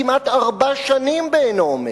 הוא כמעט ארבע שנים בעינו עומד.